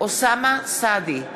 אוסאמה סעדי,